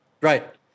Right